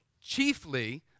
Chiefly